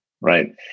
right